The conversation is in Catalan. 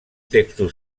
textos